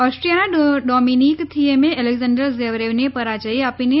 ઓસ્ટ્રીયાના Dominic થિએમે Alexander જેવરેવને પરાજય આપીને